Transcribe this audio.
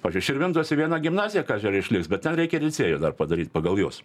pažiui širvintose viena gimnazija kaži ar išliks bet ten reikia ir licėjų dar padaryt pagal juos